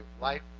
life